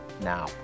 now